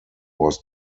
was